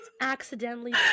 accidentally